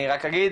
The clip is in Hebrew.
אני רק אגיד